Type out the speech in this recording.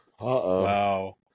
Wow